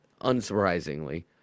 unsurprisingly